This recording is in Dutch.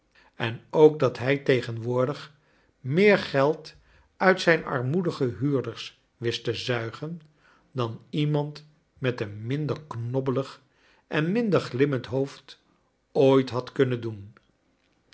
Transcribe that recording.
en ook dat hij tegenwoordig meer geld uit zijn armoedige huurders wist te zuigen dan iemand met een minder knobbelig en minder glimmend hoofd ooit had kunnen doen